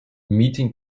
meeting